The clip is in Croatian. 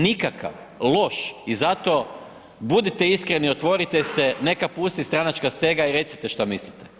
Nikakav, loš i zato budite iskreni, otvorite se, neka pusti stranačka stega i recite šta mislite.